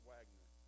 Wagner